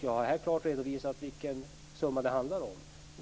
Jag har här klart redovisat vilken summa det handlar om.